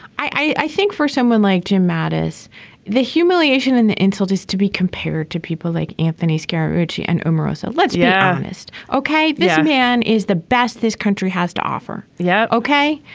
i think for someone like jim mattis the humiliation and the insult is to be compared to people like anthony skerritt richie and omarosa. let's be honest. ok. this man is the best this country has to offer. yeah. ok.